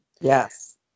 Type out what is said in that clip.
Yes